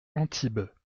antibes